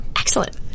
Excellent